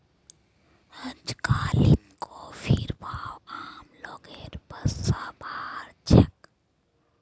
अजकालित कॉफीर भाव आम लोगेर बस स बाहर छेक